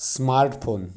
smartphone